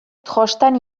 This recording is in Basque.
trostan